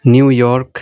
New York